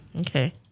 okay